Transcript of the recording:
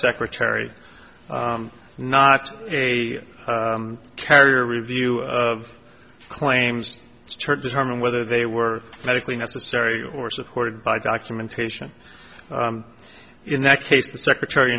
secretary not a carrier review of claims church determine whether they were medically necessary or supported by documentation in that case the secretary